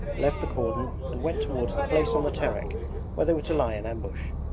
left the cordon and went towards the place on the terek where they were to lie in ambush.